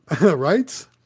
Right